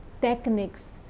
techniques